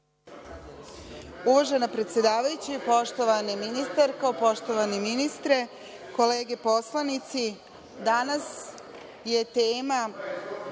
Uvažena predsedavajuća, poštovana ministarko, poštovani ministre, kolege poslanici, danas je tema